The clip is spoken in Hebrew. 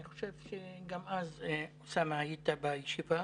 אני חושב שגם אז, אוסאמה, היית בישיבה.